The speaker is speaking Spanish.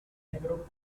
negro